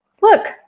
look